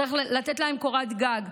צריך לתת להן קורת גג.